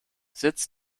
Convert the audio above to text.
sitz